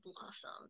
blossom